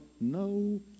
no